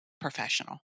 professional